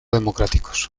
democráticos